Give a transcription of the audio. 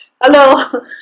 Hello